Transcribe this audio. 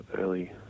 early